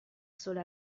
sole